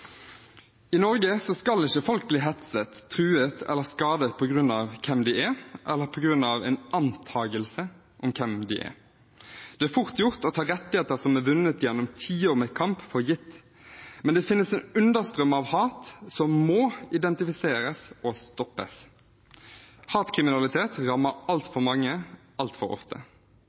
I Norge skal ikke folk bli hetset, truet eller skadet på grunn av hvem de er, eller på grunn av en antakelse om hvem de er. Det er fort gjort å ta rettigheter som er vunnet gjennom tiår med kamp, for gitt. Men det finnes en understrøm av hat som må identifiseres og stoppes. Hatkriminalitet rammer altfor mange, altfor ofte.